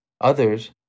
Others